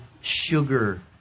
sugar